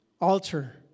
altar